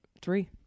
three